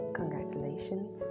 congratulations